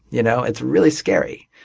you know it's really scary.